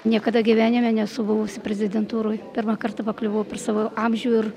niekada gyvenime nesu buvusi prezidentūroj pirmą kartą pakliuvau per savo amžių ir